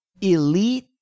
elite